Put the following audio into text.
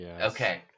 Okay